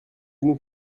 nous